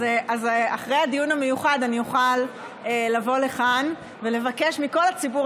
אז אחרי הדיון המיוחד אני אוכל לבוא לכאן ולבקש מכל הציבור